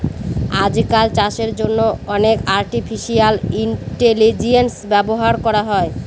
আজকাল চাষের জন্য অনেক আর্টিফিশিয়াল ইন্টেলিজেন্স ব্যবহার করা হয়